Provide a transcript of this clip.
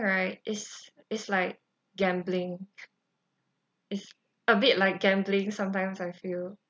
right is is like gambling is a bit like gambling sometimes I feel